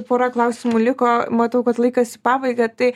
pora klausimų liko matau kad laikas į pabaigą tai